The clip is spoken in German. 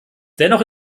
dennoch